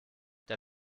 der